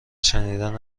شنیدن